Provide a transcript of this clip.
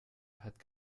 hat